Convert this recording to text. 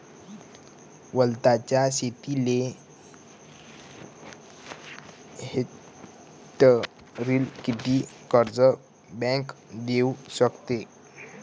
वलताच्या शेतीले हेक्टरी किती कर्ज बँक देऊ शकते?